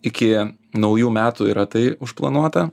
iki naujų metų yra tai užplanuota